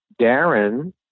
Darren